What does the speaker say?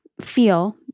feel